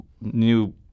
new